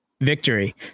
victory